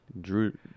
Drew